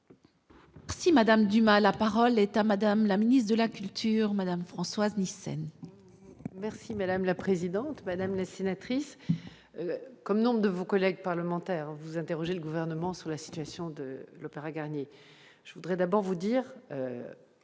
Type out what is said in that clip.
Si Madame Dumas, la parole est à madame la ministre de la Culture Madame Françoise Nyssen. Merci madame la présidente, madame la sénatrice, comme nombre de vos collègues parlementaires vous interroger le gouvernement sur la situation de l'Opéra Garnier je voudrais d'abord vous dire